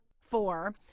four